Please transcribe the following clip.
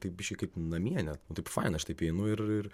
taip biškį kaip namie net taip faina aš taip įeinu ir ir